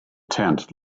tent